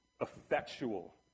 effectual